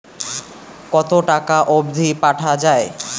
কতো টাকা অবধি পাঠা য়ায়?